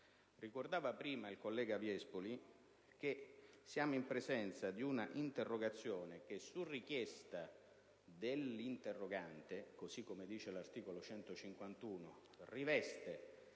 ricordato il collega Viespoli, siamo in presenza di un'interrogazione che su, richiesta dell'interrogante (così come recita l'articolo 151 del